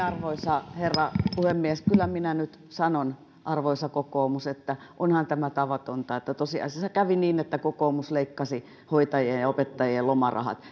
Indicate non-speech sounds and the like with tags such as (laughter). (unintelligible) arvoisa herra puhemies kyllä minä nyt sanon arvoisa kokoomus että onhan tämä tavatonta että tosiasiassa kävi niin että kokoomus leikkasi hoitajien ja opettajien lomarahat